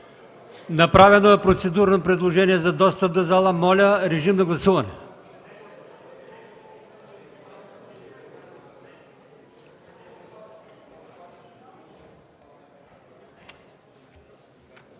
Направено е процедурно предложение за достъп в залата. Режим на гласуване.